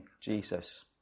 Jesus